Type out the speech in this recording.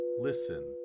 listen